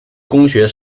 公学